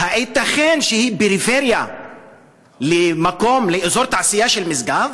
הייתכן שהיא פריפריה למקום, לאזור תעשייה של משגב?